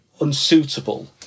unsuitable